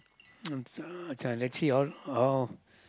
uh this one let's see how oh